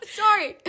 sorry